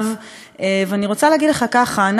אני רוצה להגיד לך ככה: אנחנו באמת,